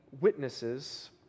witnesses